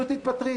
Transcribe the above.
פשוט תתפטרי.